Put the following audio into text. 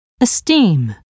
esteem